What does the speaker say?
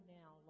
now